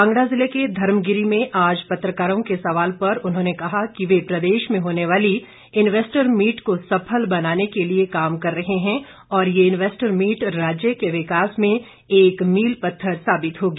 कांगड़ा जिले के धर्मगिरी में आज पत्रकारों के सवाल पर उन्होंने कहा कि वे प्रदेश में होने वाली इन्वेस्टर मीट को सफल बनाने के लिए काम कर रहे हैं और ये इन्वेस्टर मीट राज्य के विकास में एक मील पत्थर साबित होगी